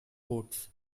boats